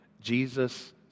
Jesus